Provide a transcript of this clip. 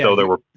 so, they were,